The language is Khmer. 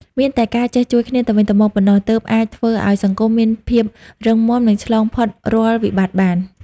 មានតែការចេះជួយគ្នាទៅវិញទៅមកប៉ុណ្ណោះ ទើបអាចធ្វើឲ្យសង្គមមានភាពរឹងមាំ និងឆ្លងផុតរាល់វិបត្តិបាន។